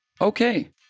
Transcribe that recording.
Okay